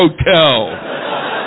hotel